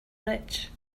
rich